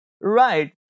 Right